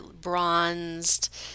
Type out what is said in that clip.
bronzed